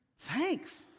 thanks